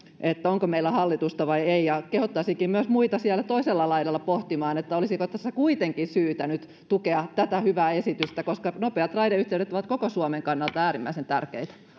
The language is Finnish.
onko meillä hallitusta vai ei ja kehottaisinkin myös muita siellä toisella laidalla pohtimaan olisiko tässä kuitenkin syytä nyt tukea tätä hyvää esitystä koska nopeat raideyhteydet ovat koko suomen kannalta äärimmäisen tärkeitä